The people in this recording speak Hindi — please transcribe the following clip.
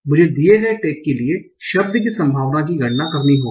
मुझे दिए गए टैग की लिए शब्द की संभावना की गणना करनी होगी